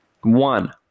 One